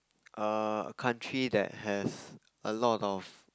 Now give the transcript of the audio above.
a country that has a lot of